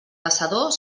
caçador